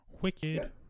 Wicked